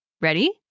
Ready